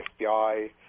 FBI